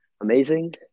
amazing